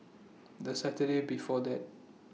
The Saturday before that